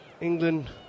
England